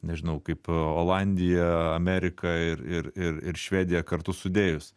nežinau kaip olandija amerika ir ir ir ir švedija kartu sudėjus